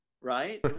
Right